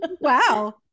wow